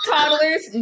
Toddlers